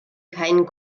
keinen